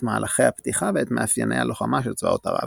את מהלכי הפתיחה ואת מאפייני הלוחמה של צבאות ערב.